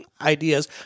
ideas